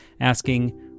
asking